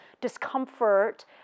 discomfort